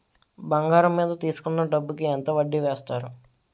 బంగారం మీద తీసుకున్న డబ్బు కి ఎంత వడ్డీ వేస్తారు?